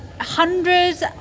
hundreds